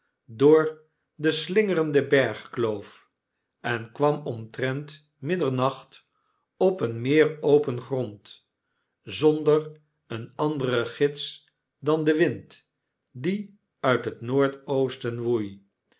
door de slingerende bergkloof en kwam omtrent middernacht op een meer open grond zonder een anderen gids dan den wind die nit het noordoosten woei